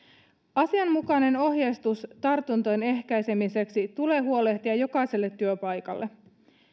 asianmukainen ohjeistus tartuntojen ehkäisemiseksi tulee huolehtia jokaiselle työpaikalle